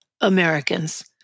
Americans